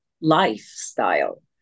lifestyle